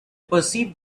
perceived